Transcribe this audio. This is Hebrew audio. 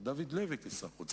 את דוד לוי כשר החוץ,